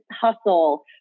hustle